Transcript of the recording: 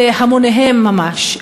בהמוניהם ממש.